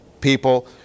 people